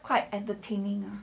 quite entertaining lah